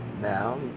Now